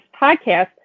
podcast